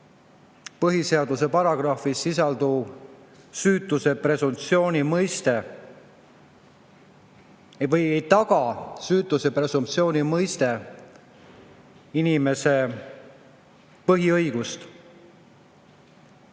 põhiseaduse paragrahvis sisalduv süütuse presumptsiooni mõiste või ei taga süütuse presumptsiooni mõiste inimese põhiõigust.